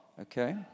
Okay